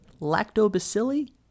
lactobacilli